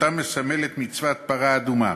שאותה מסמלת מצוות פרה אדומה.